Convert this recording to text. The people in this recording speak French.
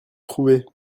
trouver